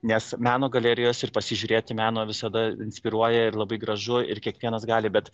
nes meno galerijos ir pasižiūrėti meno visada inspiruoja ir labai gražu ir kiekvienas gali bet